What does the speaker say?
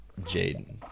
Jaden